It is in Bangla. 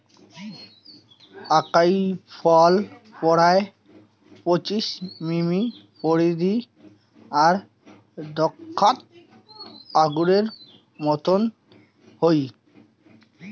আকাই ফল পরায় পঁচিশ মিমি পরিধি আর দ্যাখ্যাত আঙুরের মতন হই